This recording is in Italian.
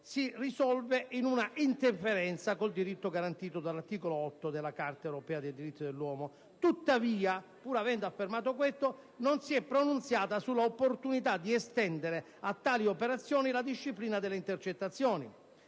si risolve in un'interferenza con il diritto garantito dall'articolo 8 della Carta europea dei diritti dell'uomo, non si è tuttavia pronunziata sull'opportunità di estendere a tali operazioni la disciplina delle intercettazioni.